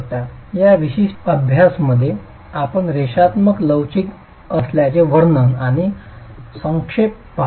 या विशिष्ट अभ्यास मध्ये आपण रेषात्मक लवचिक असल्याचे वर्तन आणि संक्षेपकडे पहात आहोत